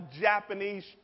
Japanese